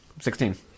Sixteen